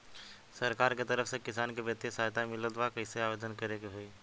सरकार के तरफ से किसान के बितिय सहायता मिलत बा कइसे आवेदन करे के होई?